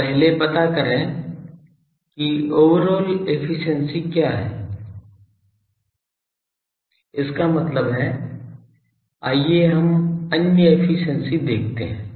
तो पहले पता करें कि ओवरआल एफिशिएंसी क्या है इसका मतलब है आइए हम अन्य एफिशिएंसी देखते है